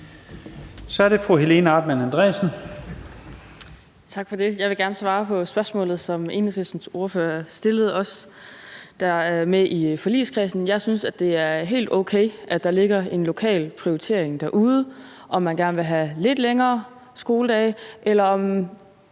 Kl. 13:40 Helena Artmann Andresen (LA): Tak for det. Jeg vil gerne svare på spørgsmålet, som Enhedslistens ordfører stillede os, der er med i forligskredsen. Jeg synes, det er helt okay, at der ligger en lokal prioritering derude af, om man gerne vil have lidt længere skoledag, eller om